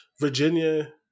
Virginia